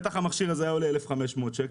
בטח המכשיר הזה היה עולה 1,500 שקל.